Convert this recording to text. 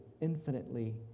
infinitely